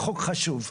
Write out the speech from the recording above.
חוק חשוב.